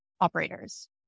operators